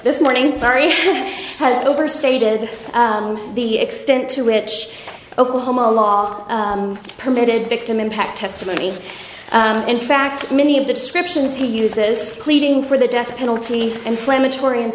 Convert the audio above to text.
this morning sorry has overstated the extent to which oklahoma law permitted victim impact testimony in fact many of the descriptions he uses pleading for the death penalty inflammatory and